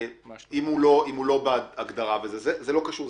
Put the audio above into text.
אם הוא לא בעד הגדרה - זה לא קשור.